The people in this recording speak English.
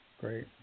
great